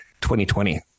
2020